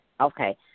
Okay